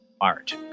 art